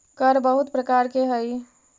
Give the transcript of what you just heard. कर बहुत प्रकार के हई